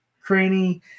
cranny